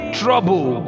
trouble